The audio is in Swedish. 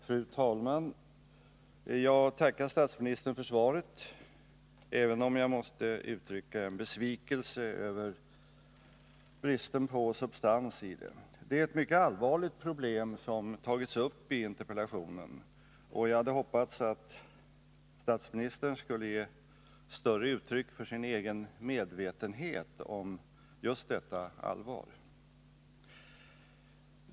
Fru talman! Jag tackar statsministern för svaret, även om jag måste uttrycka besvikelse över bristen på substans i det. Det är ett mycket allvarligt problem som tagits upp i interpellationen, och jag hade hoppats att statsministern skulle ge större uttryck för sin egen medvetenhet om just detta allvar.